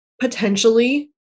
potentially